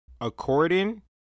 according